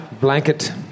Blanket